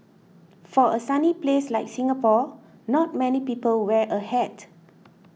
for a sunny place like Singapore not many people wear a hat